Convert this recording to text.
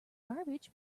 garbage